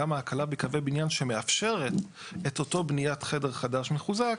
גם ההקלה בקווי בניין שמאפשרת את אותה בניית חדר חדש מחוזק,